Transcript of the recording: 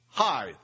Hi